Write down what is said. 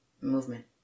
movement